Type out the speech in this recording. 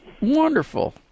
Wonderful